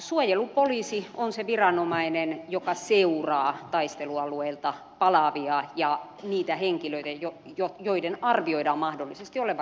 suojelupoliisi on se viranomainen joka seuraa taistelualueilta palaavia ja niitä henkilöitä joiden arvioidaan mahdollisesti olevan riskihenkilöitä